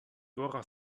dora